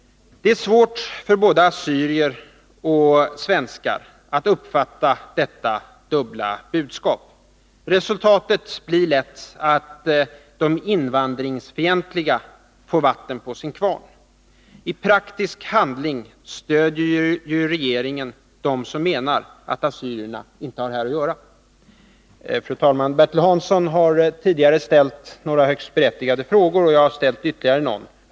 Det är svårt för både assyrier och svenskar att uppfatta detta dubbla budskap. Resultatet blir lätt att de invandringsfientliga får vatten på sin kvarn. I praktisk handling stöder ju regeringen dem som menar att assyrierna ”inte har här att göra”. Fru talman! Bertil Hansson har tidigare ställt några högst berättigade frågor. Jag har ställt ytterligare någon fråga.